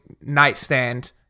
nightstand